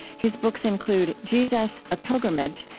his books include jesus a pilgrimage,